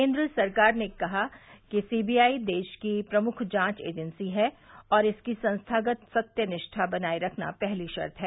केन्द्र सरकार ने कहा कि सीबीआई देश की प्रमुख जांच एजेंसी है और इसकी संस्थागत सत्य निष्ठा बनाये रखना पहली शर्त है